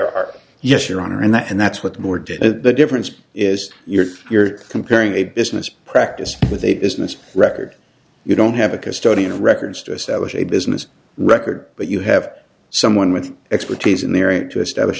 our yes your honor in that and that's what more did the difference is you're you're comparing a business practice with a business record you don't have a custodian of records to establish a business record but you have someone with expertise in the area to establish